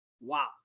Wow